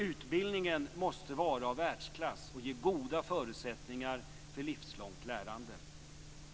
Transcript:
Utbildningen måste vara av världsklass och ge goda förutsättningar för livslångt lärande.